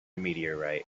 meteorite